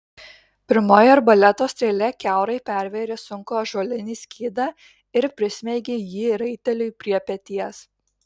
pirmoji arbaleto strėlė kiaurai pervėrė sunkų ąžuolinį skydą ir prismeigė jį raiteliui prie peties